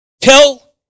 tell